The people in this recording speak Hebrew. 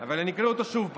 אבל אקריא אותו שוב פעם.